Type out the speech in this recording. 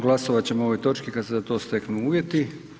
Glasovat ćemo o ovoj točki kad se za to steknu uvjeti.